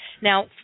Now